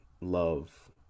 love